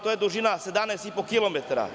To je dužina 17,5 km?